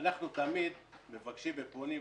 תמיד מבקשים עקרונית,